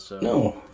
No